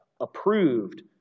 Approved